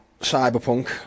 Cyberpunk